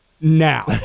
now